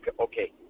okay